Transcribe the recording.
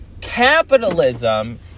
Capitalism